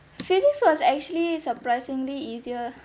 physics was actually surprisingly easier